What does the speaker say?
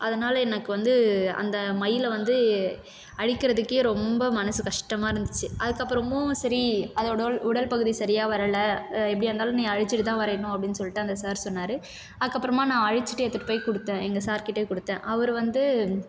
அதனால் எனக்கு வந்து அந்த மயிலை வந்து அழிக்கிறதுக்கே ரொம்ப மனசு கஷ்டமாக இருந்துச்சு அதுக்குப்புறமும் சரி அதோடய உடல் உடல் பகுதி சரியா வரலை எப்படியா இருந்தாலும் நீ அழிச்சுட்டு தான் வரையணும் அப்படின்னு சொல்லிட்டு அந்த சார் சொன்னார் அதுக்கப்புறமா நான் அழிச்சுட்டு எடுத்துகிட்டு போய் கொடுத்தேன் எங்கள் சார்கிட்ட கொடுத்தேன் அவர் வந்து